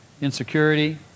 insecurity